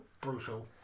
brutal